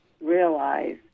realize